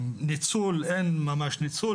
אין ממש ניצול,